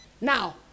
Now